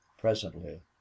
Presently